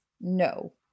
No